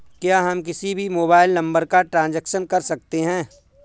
क्या हम किसी भी मोबाइल नंबर का ट्रांजेक्शन कर सकते हैं?